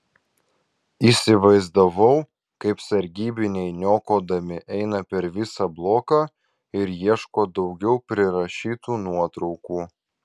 įsivaizdavau kaip sargybiniai niokodami eina per visą bloką ir ieško daugiau prirašytų nuotraukų